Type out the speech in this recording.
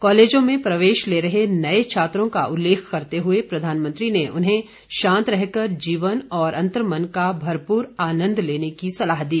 कॉलेजों में प्रवेश ले रहे नए छात्रों का उल्लेख करते हुए प्रधानमंत्री ने उन्हें शांत रहकर जीवन और अंतर्मन का भरपूर आनन्द लेने की सलाह दी